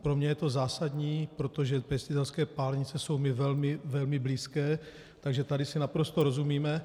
Pro mě je to zásadní, protože pěstitelské pálenice jsou mi velmi blízké, takže tady si naprosto rozumíme.